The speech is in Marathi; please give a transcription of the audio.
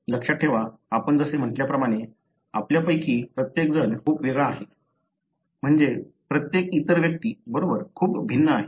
लक्षात ठेवा आपण जसे म्हटल्याप्रमाणे आपल्यापैकी प्रत्येकजण आपल्यापेक्षा खूप वेगळा आहे म्हणजे प्रत्येक इतर व्यक्ती बरोबर खूप भिन्न